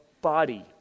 body